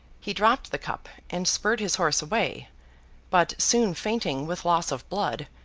he dropped the cup and spurred his horse away but, soon fainting with loss of blood,